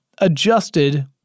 adjusted